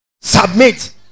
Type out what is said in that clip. submit